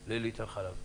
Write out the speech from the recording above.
הרפתנים לליטר חלב.